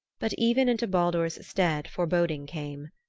but even into baldur's stead foreboding came.